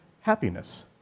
happiness